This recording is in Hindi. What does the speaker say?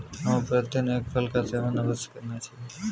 हमें प्रतिदिन एक फल का सेवन अवश्य करना चाहिए